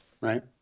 Right